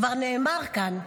כבר נאמר כאן,